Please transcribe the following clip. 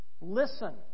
Listen